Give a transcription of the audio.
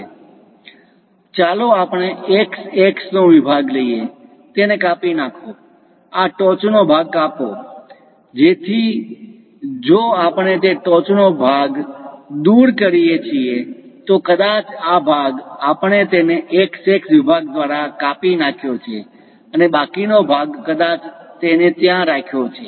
તેથી ચાલો આપણે x x નો વિભાગ લઈએ તેને કાપી નાખો આ ટોચનો ભાગ કાપો જેથી જો આપણે તે ટોચનો ભાગ કા દુર કરીએ છીએ તો કદાચ આ ભાગ આપણે તેને x x વિભાગ દ્વારા કાપી નાખ્યો છે અને બાકીનો ભાગ કદાચ તેને ત્યાં રાખ્યો છે